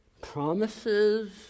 promises